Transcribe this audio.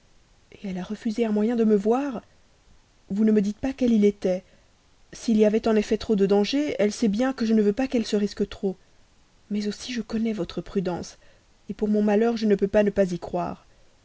elle a refusé un moyen de me voir vous ne me dites pas quel il était s'il y avait en effet trop de danger elle sait bien que je ne veux pas qu'elle se risque trop mais aussi je connais votre prudence et pour mon malheur je ne peux pas ne pas y croire